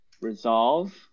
resolve